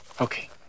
Okay